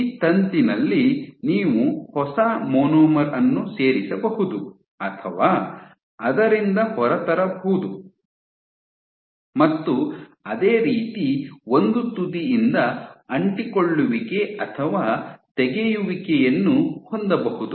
ಈ ತಂತಿನಲ್ಲಿ ನೀವು ಹೊಸ ಮೊನೊಮರ್ ಅನ್ನು ಸೇರಿಸಬಹುದು ಅಥವಾ ಅದರಿಂದ ಹೊರತರಬಹುದು ಮತ್ತು ಅದೇ ರೀತಿ ಒಂದು ತುದಿಯಿಂದ ಅಂಟಿಕೊಳ್ಳುವಿಕೆ ಅಥವಾ ತೆಗೆಯುವಿಕೆಯನ್ನು ಹೊಂದಬಹುದು